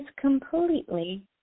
completely